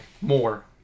More